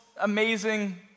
amazing